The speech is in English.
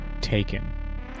Taken